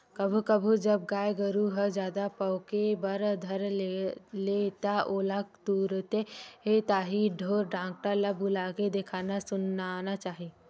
कभू कभू जब गाय गरु ह जादा पोके बर धर ले त ओला तुरते ताही ढोर डॉक्टर ल बुलाके देखाना सुनाना चाही